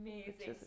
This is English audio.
Amazing